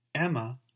Emma